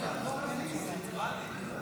התשפ"ג 2023, לוועדה שתקבע ועדת הכנסת נתקבלה.